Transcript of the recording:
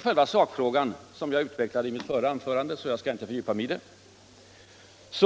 Själva sakfrågan utvecklade jag i mitt förra anförande, och jag skall därför inte fördjupa mig i den nu.